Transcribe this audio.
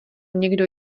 někdo